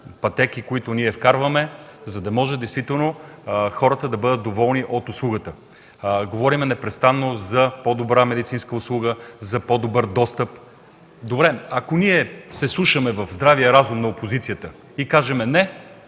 пътеки, които вкарваме, за да може хората да бъдат доволни от услугата. Говорим непрестанно за по-добра медицинска услуга, за по-добър достъп. Добре, ако ние се вслушаме в здравия разум на опозицията и кажем: не,